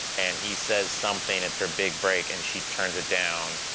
and he says something. it's her big break, and she turns it down.